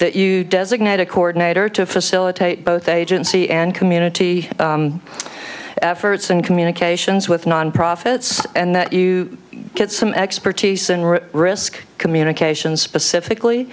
that you designate a coordinator to facilitate both agency and community efforts and communications with non profits and that you get some expertise in real risk communication specifically